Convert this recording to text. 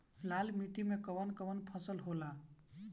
लाल माटी मे कवन कवन फसल होला?